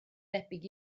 debyg